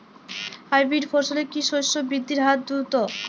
Hybrid ফসলের কি শস্য বৃদ্ধির হার দ্রুত?